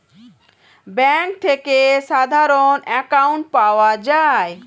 bank থেকে সাধারণ account পাওয়া যায়